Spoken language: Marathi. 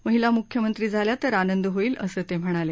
महिला मुख्यमंत्री झाल्या तर आनंद होईल असं ते म्हणाले